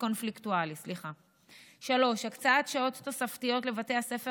3. הקצאת שעות תוספתיות לבתי הספר